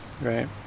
right